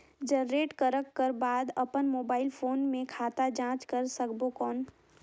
Generate करक कर बाद अपन मोबाइल फोन मे खाता जांच कर सकबो कौन?